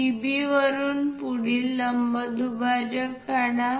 PB वरुन पुढील लंबदुभाजक काढा